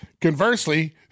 Conversely